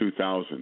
2000